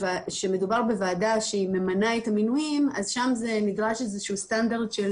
שכשמדובר בוועדה שהיא ממנה את המינויים אז שם נדרש איזה שהוא סטנדרט של